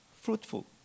fruitful